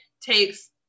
takes